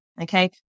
okay